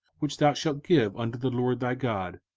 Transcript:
which thou shalt give unto the lord thy god,